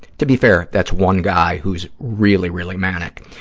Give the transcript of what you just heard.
to be fair, that's one guy who's really, really manic.